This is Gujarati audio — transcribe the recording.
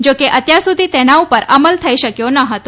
જાકે અત્યાર સુધી તેના ઉપર અમલ થઈ શક્યો ન હતો